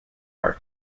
park